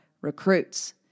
recruits